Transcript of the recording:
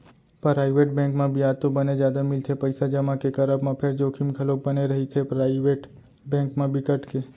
private bank म बियाज तो बने जादा मिलथे पइसा जमा के करब म फेर जोखिम घलोक बने रहिथे, पराइवेट बेंक म बिकट के